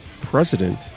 President